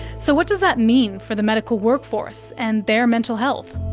so what does that mean for the medical workforce and their mental health?